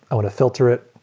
i want to filter it,